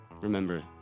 Remember